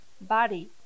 body